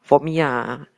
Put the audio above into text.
for me ah